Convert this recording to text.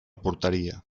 porteria